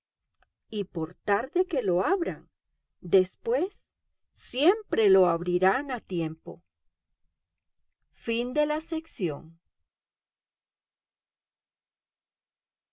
y por tarde que lo abran después siempre lo abrirán a tiempo xii